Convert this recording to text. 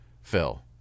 Phil